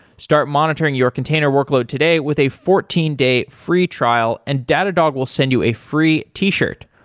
start monitoring your container workload today with a fourteen day free trial and datadog will send you a free t-shirt.